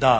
da